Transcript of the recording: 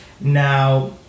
Now